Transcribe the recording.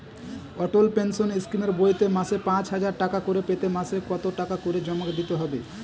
অটল pension স্কিমের বইতে মাসে পাঁচ হাজার টাকা করে পেতে মাসে কত টাকা করে জমা দিতে হবে?